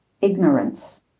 ignorance